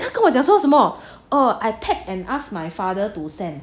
他跟我讲说什么 orh I tag and asked my father to send